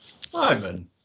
Simon